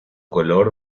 color